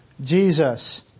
Jesus